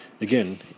again